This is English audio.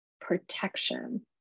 protection